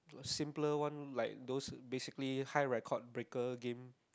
simpler one like those basically high record breaker game